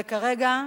וכרגע,